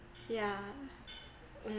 yeah mm